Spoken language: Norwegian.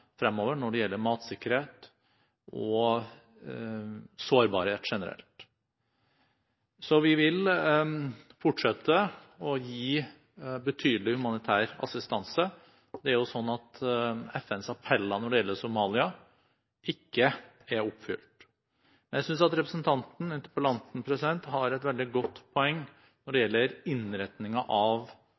fremover når det gjelder matsikkerhet og sårbarhet generelt. Vi vil fortsette å gi betydelig humanitær assistanse. FNs appeller når det gjelder Somalia, er jo ikke oppfylt. Jeg synes at interpellanten har et veldig godt poeng når det gjelder innretningen av